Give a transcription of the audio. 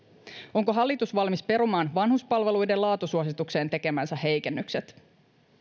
onko hallitus valmis perumaan vanhuspalveluiden laatusuositukseen tekemänsä heikennykset